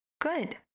Good